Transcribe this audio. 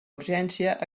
urgència